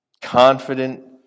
Confident